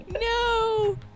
No